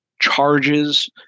charges